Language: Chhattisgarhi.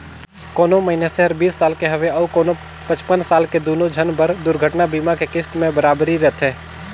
कोनो मइनसे हर बीस साल के हवे अऊ कोनो पचपन साल के दुनो झन बर दुरघटना बीमा के किस्त में बराबरी रथें